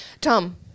Tom